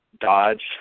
dodge